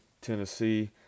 Tennessee